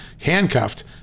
handcuffed